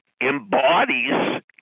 embodies